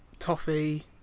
Toffee